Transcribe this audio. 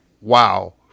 Wow